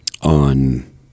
on